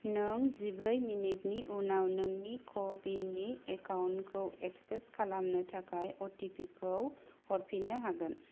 नों जिब्रै मिनिटनि उनाव नोंनि क' विननि एकाउन्टखौ एक्सेस खालामनो थाखाय अ टि पि खौ हरफिननो हागोन